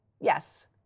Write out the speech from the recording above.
yes